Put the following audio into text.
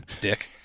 Dick